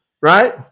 right